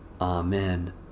amen